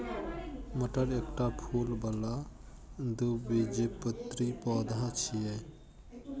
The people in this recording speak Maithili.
मटर एकटा फूल बला द्विबीजपत्री पौधा छियै